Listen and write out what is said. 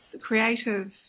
creative